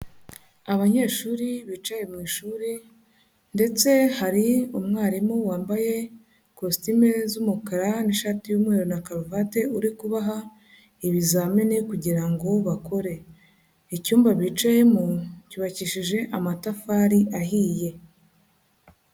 Abanyeshuri bicaye mu ishuri ndetse hari umwarimu wambaye kositime z'umukara n'ishati y'umweru na karuvati, uri kubaha ibizamini kugira ngo bakore. Icyumba bicayemo cyubakishije amatafari ahiye.